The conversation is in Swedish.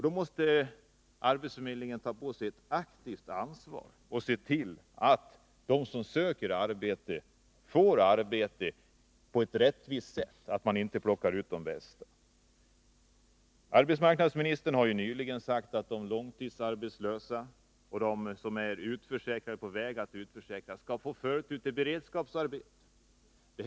Då måste arbetsförmedlingen ta på sig ett aktivt ansvar och se till att de som söker arbete får arbete på ett rättvist sätt — att man inte plockar ut de bästa. Arbetsmarknadsministern har ju nyligen sagt att de långtidsarbetslösa och de som är utförsäkrade eller på väg att bli utförsäkrade skall få förtur till beredskapsarbete.